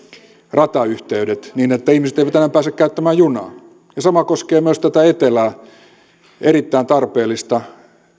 ratayhteydet niin että ihmiset eivät enää pääse käyttämään junaa ja sama koskee myös tätä etelän erittäin tarpeellista